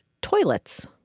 toilets